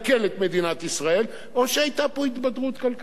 את מדינת ישראל או שהיתה פה התבדרות כלכלית.